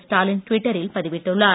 ஸடாலின் ட்விட்டரில் பதிவிட்டுள்ளார்